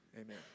Amen